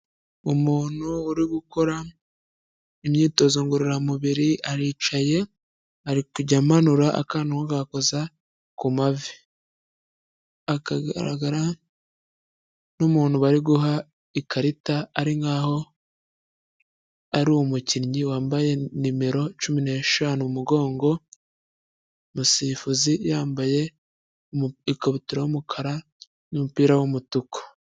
Umuntu uri gukora imyitozo ngororamubiri aricaye ari kujya amanura akantu akagakoza ku mavi, akagaragara nk'umuntu bari guha ikarita ari nkaho ari umukinnyi wambaye nimero cumi n'eshanu mu mugongo, umusifuzi yambaye ikabutura y'umukara n'umupira w'umutuku.